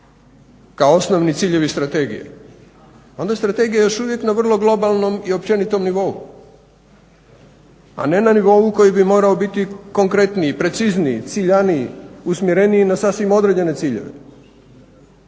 kao osnovni ciljevi strategije, onda je strategija još uvijek na vrlo globalnom i općenitom nivou, a ne na nivou koji bi morao biti konkretniji, precizniji, ciljaniji, usmjereniji na sasvim određene ciljeve.